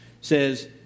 says